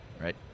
right